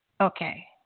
Okay